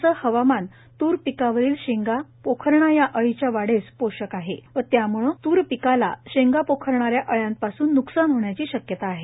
असे हवामान तूर पिकावरील शेंगा पोखरणा या अळीच्या वाढीस पोषक आहे आणि त्यामुळे तूर पिकाला शेंगा पोखरणाऱ्या अळंयापासून न्कसान होण्याची शक्यता आहे